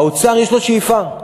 לאוצר יש שאיפה,